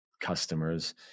customers